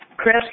Chris